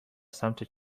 سمت